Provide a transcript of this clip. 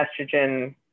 estrogen